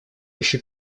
еще